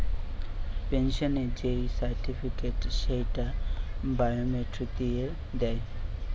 পেনসনের যেই সার্টিফিকেট, সেইটা বায়োমেট্রিক দিয়ে দেয়